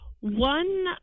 one